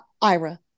Ira